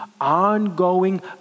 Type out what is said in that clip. ongoing